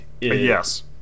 yes